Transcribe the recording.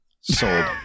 sold